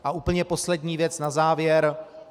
A úplně poslední věc na závěr.